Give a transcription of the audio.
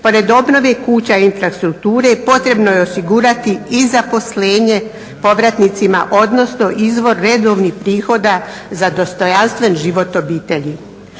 pored obnove kuća i infrastrukture potrebno je osigurati i zaposlenje povratnicima odnosno izvor redovnih prihoda za dostojanstveni život obitelji.